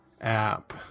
app